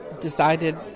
decided